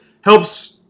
helps